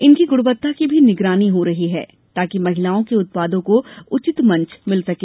इनकी गुणवत्ता की भी निगरानी हो रही है ताकि महिलाओं के उत्पादों को उचित मंच मिल सके